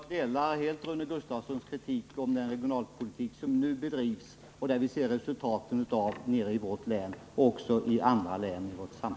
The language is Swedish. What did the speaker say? Fru talman! Jag skall fatta mig mycket kort och säga att jag delar helt Rune Gustavssons kritik av den regionalpolitik som nu bedrivs, av vilken vi nu ser resultatet i vårt län liksom i andra län i vårt land.